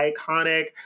iconic